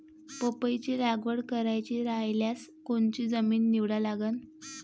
पपईची लागवड करायची रायल्यास कोनची जमीन निवडा लागन?